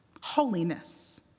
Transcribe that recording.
holiness